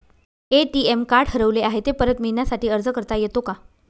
ATM card हरवले आहे, ते परत मिळण्यासाठी अर्ज करता येतो का?